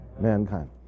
mankind